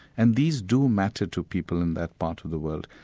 and these do matter to people in that part of the world.